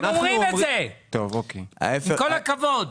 אתם אומרים את זה, עם כל הכבוד.